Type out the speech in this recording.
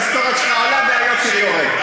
רק המשכורת שלך עולה ושלי יורדת.